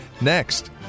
next